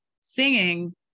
singing